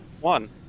One